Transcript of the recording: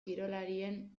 kirolarien